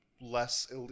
less